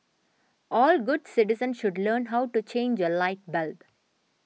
all good citizens should learn how to change a light bulb